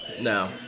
No